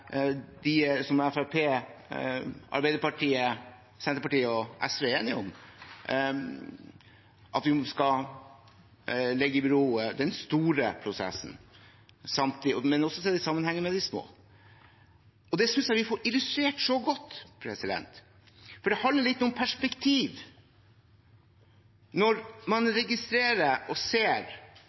de to konkrete sakene, og heller ikke i den overordnede saken som Fremskrittspartiet, Arbeiderpartiet, Senterpartiet og SV er enige om, at vi skal stille i bero den store prosessen, men i denne sammenhengen også de små. Det synes jeg vi får illustrert svært godt, for det handler litt om perspektiv når man registrerer og ser